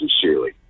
sincerely